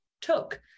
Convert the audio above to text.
took